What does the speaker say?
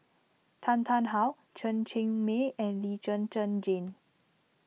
Tan Tarn How Chen Cheng Mei and Lee Zhen Zhen Jane